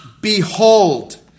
behold